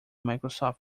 microsoft